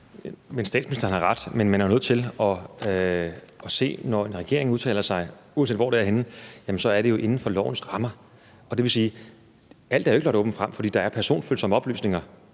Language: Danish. Statsministeren har ret. Men man er jo nødt til at have med, at når en regering udtaler sig, uanset hvor det er henne, så sker det jo inden for lovens rammer. Det vil sige, at alt jo ikke er lagt åbent frem, fordi der er personfølsomme oplysninger,